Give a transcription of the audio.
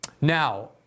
Now